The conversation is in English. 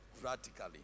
Practically